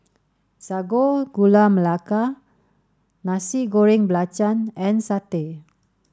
Sago Gula Melaka Nasi Goreng Belacan and satay